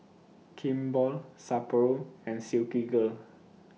Kimball Sapporo and Silkygirl